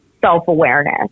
self-awareness